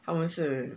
他们是